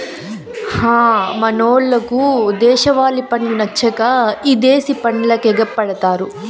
హ మనోళ్లకు దేశవాలి పండ్లు నచ్చక ఇదేశి పండ్లకెగపడతారు